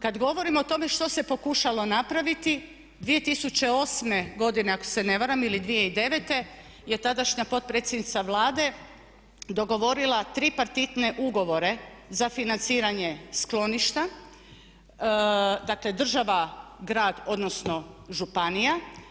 Kad govorim o tome što se pokušalo napraviti, 20089.godine ako se ne varam ili 2009. je tadašnja potpredsjednica Vlade dogovorila tripartitne ugovore za financiranje skloništa, dakle, grad odnosno županija.